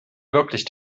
wirklich